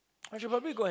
I should probably go and